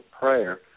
prayer